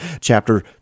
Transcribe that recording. chapter